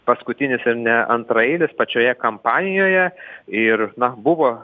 paskutinis ir ne antraeilis pačioje kampanijoje ir na buvo